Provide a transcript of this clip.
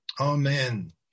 Amen